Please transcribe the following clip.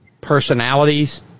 personalities